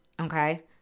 okay